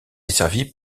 desservie